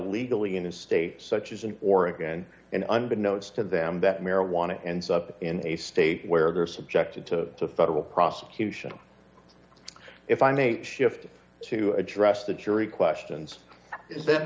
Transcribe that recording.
legally in a state such as in oregon and unbeknownst to them that marijuana ends up in a state where they are subjected to a federal prosecution if i may shift to address the jury questions is that